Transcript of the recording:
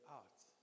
out